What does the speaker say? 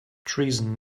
treason